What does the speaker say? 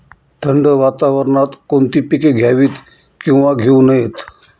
थंड वातावरणात कोणती पिके घ्यावीत? किंवा घेऊ नयेत?